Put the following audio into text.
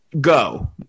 Go